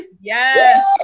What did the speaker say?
Yes